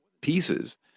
pieces